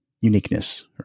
uniqueness